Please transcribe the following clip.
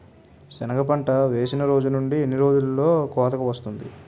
సెనగ పంట వేసిన రోజు నుండి ఎన్ని రోజుల్లో కోతకు వస్తాది?